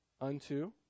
unto